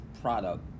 product